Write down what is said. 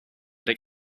that